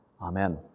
Amen